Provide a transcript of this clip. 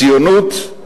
ציונות,